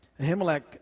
Ahimelech